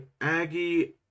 Aggie